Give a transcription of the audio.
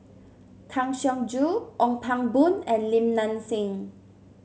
Kang Siong Joo Ong Pang Boon and Li Nanxing